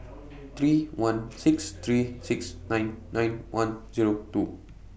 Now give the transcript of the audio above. three one six three six nine nine one Zero two